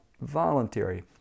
voluntary